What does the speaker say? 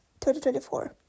2024